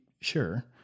sure